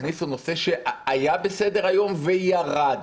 יכניסו נושא שהיה בסדר-היום, וירד.